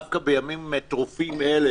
דווקא בימים טרופים אלה,